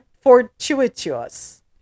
fortuitous